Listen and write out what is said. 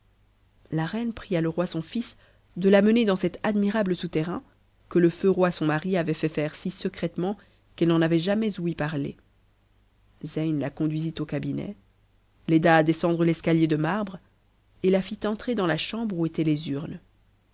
la reine pria le roi son fils de a mener dans cet admirable souterrain que le feu roi son mari avait fait faire si secrètement qu'elle n'en avait jamais ouï parler zeyn la conduisit au cabinet l'aida à descendre l'escalier de marbre et la fit entrer dans la chambre où étaient les urnes